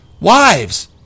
Wives